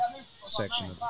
section